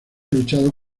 luchado